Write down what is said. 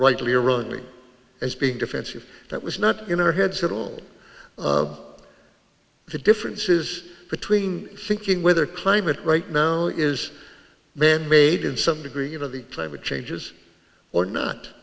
rightly or wrongly as being defensive that was not in our heads at all the difference is between thinking whether climate right now is man made in some degree you know the climate changes or not